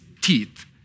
teeth